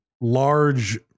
Large